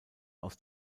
aus